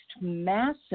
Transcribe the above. massive